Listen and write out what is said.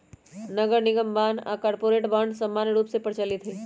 नगरनिगम बान्ह आऽ कॉरपोरेट बॉन्ड समान्य रूप से प्रचलित हइ